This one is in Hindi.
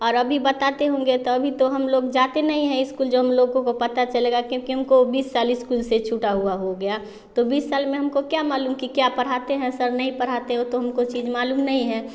और अभी बताते होंगे तो अभी तो हम लोग जाते नहीं है इस्कूल जो हम लोगों को पता चलेगा कि किनको बीस साल इस्कूल से छूटा हुआ हो गया तो बीस साल में हमको क्या मालूम कि क्या पढ़ाते हैं सर नहीं पढ़ाते वह तो हमको चीज़ मालूम नहीं है